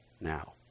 now